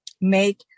make